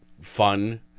fun